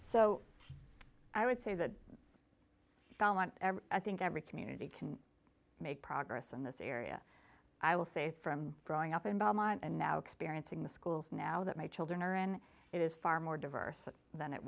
so i would say the following i think every community can make progress in this area i will say from growing up in belmont and now experiencing the schools now that my children are in it is far more diverse than it